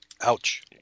ouch